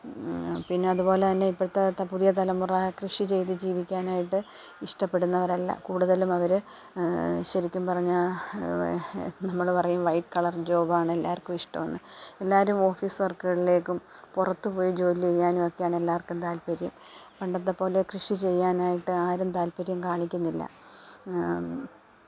പിന്നെ അതുപോലെത്തന്നെ ഇപ്പോഴത്തെ പുതിയ തലമുറ കൃഷി ചെയ്ത് ജീവിക്കാനായിട്ട് ഇഷ്ടപ്പെടുന്നവരല്ല കൂടുതലും അവർ ശരിക്കും പറഞ്ഞാൽ നമ്മൾ പറയും വൈറ്റ് കളര് ജോബ് ആണ് എല്ലാവര്ക്കും ഇഷ്ടം എന്ന് എല്ലാവരും ഓഫീസ് വര്ക്ക്കളിലേക്കും പുറത്ത് പോയി ജോലി ചെയ്യാനും ഒക്കെയാണ് എല്ലാവര്ക്കും താല്പ്പര്യം പണ്ടത്തെപ്പോലെ കൃഷി ചെയ്യാനായിട്ട് ആരും താല്പ്പര്യം കാണിക്കുന്നില്ല